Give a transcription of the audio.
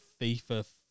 FIFA